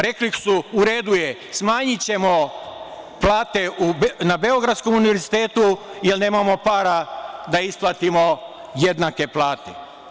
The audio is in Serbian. Rekli su – u redu je, smanjićemo plate na Beogradskom univerzitetu, jer nemamo para da isplatimo jednake plate.